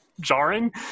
jarring